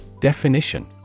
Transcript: Definition